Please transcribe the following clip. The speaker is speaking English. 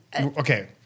Okay